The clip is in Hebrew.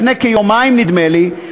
לפני כיומיים נדמה לי,